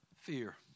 Fear